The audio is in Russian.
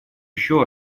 еще